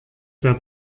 der